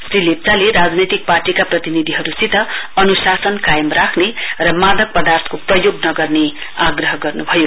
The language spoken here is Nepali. श्री लेप्चाले राजनैतिक पार्टीका प्रतिनिधिहरुसित स्व अनुशासन कायम राख्ने र मादक पदार्थको प्रयोग नगर्ने आग्रह गर्नुभयो